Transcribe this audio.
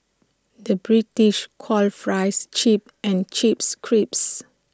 the British calls fries chip and Chips Crisps